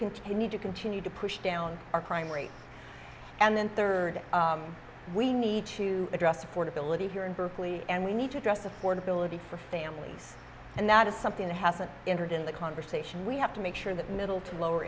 continue to continue to push down our crime rate and then third we need to address affordability here in berkeley and we need to address affordability for families and that is something that hasn't entered in the conversation we have to make sure that middle to lower